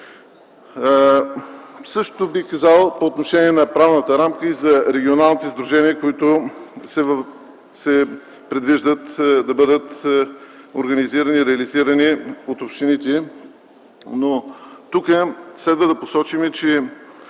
Същото бих казал по отношение на правната рамка и за регионалните сдружения, които се предвижда да бъдат организирани и реализирани от общините. Тук следва да посочим, че